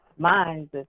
Minds